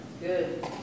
Good